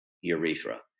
urethra